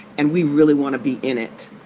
and we really want to be in it.